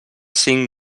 cinc